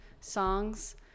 songs